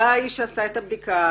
אתה האיש שעשה את הבדיקה.